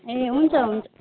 ए हुन्छ हुन्छ